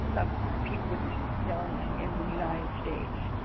of people with disabilities in the united states.